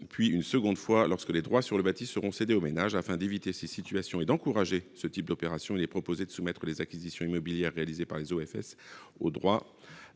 par l'OFS, puis lorsque les droits sur le bâti seront cédés aux ménages. Afin d'éviter ces situations et d'encourager de telles opérations, il est proposé de soumettre les acquisitions immobilières réalisées par les OFS au droit